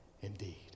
indeed